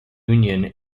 union